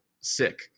sick